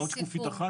עוד שקופית אחת אולי.